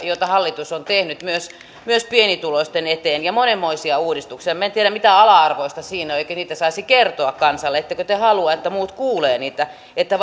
joita hallitus on tehnyt myös myös pienituloisten eteen monenmoisia uudistuksia minä en tiedä mitä ala arvoista siinä on eikö niitä saisi kertoa kansalle ettekö te halua että muut kuulevat niitä että